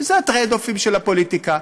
וזה הטרייד-אופים של הפוליטיקה.